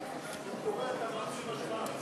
כשצריך, עושים השוואה.